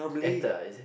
actor is it